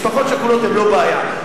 משפחות שכולות הן לא בעיה,